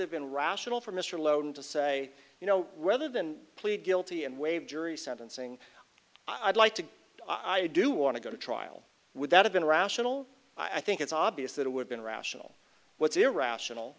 have been rational for mr logan to say you know rather than plead guilty and waive jury sentencing i'd like to i do want to go to trial would that have been rational i think it's obvious that it would be irrational what's irrational